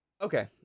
Okay